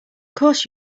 course